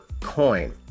coin